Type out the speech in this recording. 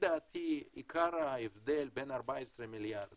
לדעתי עיקר ההבדל בין 14 מיליארד